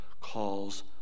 calls